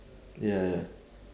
ya ya